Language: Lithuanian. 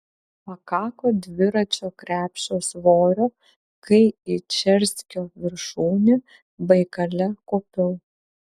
pakako dviračio krepšio svorio kai į čerskio viršūnę baikale kopiau